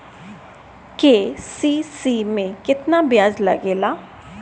KCC में केतना ब्याज लगेला?